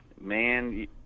man